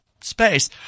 space